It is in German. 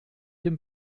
dem